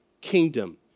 Kingdom